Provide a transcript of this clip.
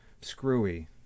screwy